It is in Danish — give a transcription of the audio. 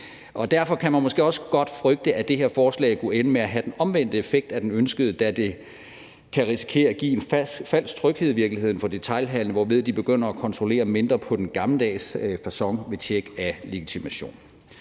Derfor kan man måske også godt frygte, at det her forslag kunne ende med at have den omvendte effekt af den ønskede, da det i virkeligheden kan risikere at give en falsk tryghed for detailhandelen, hvorved de begynder at kontrollere mindre på den gammeldags facon med tjek af legitimation.